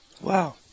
Wow